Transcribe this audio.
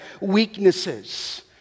weaknesses